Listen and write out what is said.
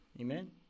Amen